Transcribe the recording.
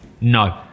No